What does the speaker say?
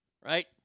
right